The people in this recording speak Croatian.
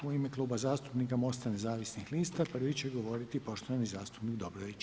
U ime Kluba zastupnika Mosta nezavisnih lista, prvi će govoriti poštovani zastupnik Dobrović.